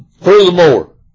Furthermore